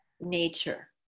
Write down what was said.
nature